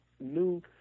new